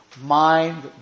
mind